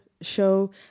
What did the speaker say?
show